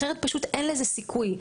אחרת אין לזה סיכוי.